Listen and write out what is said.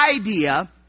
idea